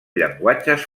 llenguatges